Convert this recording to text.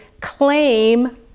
claim